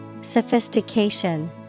Sophistication